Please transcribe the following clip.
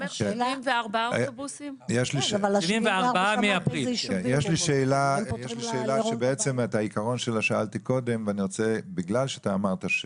יש לי שאלה שאת העקרון שלה בעצם שאלתי קודם - בגלל שאמרת,